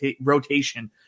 rotation